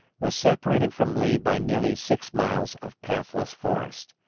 was separated from lee by nearly six miles of pathless forest.